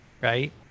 right